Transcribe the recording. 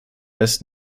erst